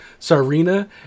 Sarina